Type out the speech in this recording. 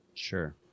Sure